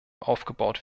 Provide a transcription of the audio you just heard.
aufgebaut